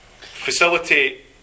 facilitate